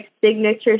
signature